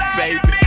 baby